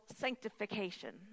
sanctification